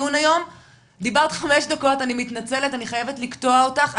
אני מתנצלת, אני חייבת לקטוע אותך.